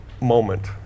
moment